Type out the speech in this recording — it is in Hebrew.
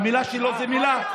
מילה שלו זו מילה,